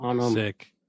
Sick